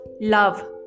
love